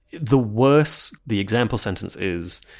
the worse the example sentence is,